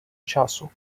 часу